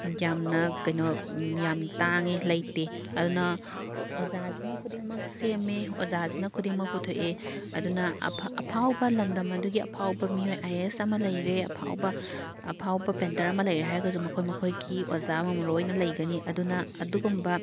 ꯌꯥꯝꯅ ꯀꯩꯅꯣ ꯌꯥꯝ ꯇꯥꯡꯉꯤ ꯂꯩꯇꯦ ꯑꯗꯨꯅ ꯑꯣꯖꯥꯁꯤꯅ ꯈꯨꯗꯤꯡꯃꯛ ꯁꯦꯝꯃꯦ ꯑꯣꯖꯥꯁꯤꯅ ꯈꯨꯗꯤꯡꯃꯛ ꯄꯨꯊꯣꯛꯏ ꯑꯗꯨꯅ ꯑꯐꯥꯎꯕ ꯂꯝꯗꯝ ꯑꯗꯨꯒꯤ ꯑꯐꯥꯎꯕ ꯃꯤꯑꯣꯏ ꯑꯥꯏ ꯑꯦ ꯑꯦꯁ ꯑꯃ ꯂꯩꯔꯦ ꯑꯐꯥꯎꯕ ꯑꯐꯥꯎꯕ ꯄꯦꯟꯇꯔ ꯑꯃ ꯂꯩꯔꯦ ꯍꯥꯏꯔꯒꯁꯨ ꯃꯈꯣꯏ ꯃꯈꯣꯏꯒꯤ ꯑꯣꯖꯥ ꯑꯃꯃꯝ ꯂꯣꯏꯅ ꯂꯩꯒꯅꯤ ꯑꯗꯨꯅ ꯑꯗꯨꯒꯨꯝꯕ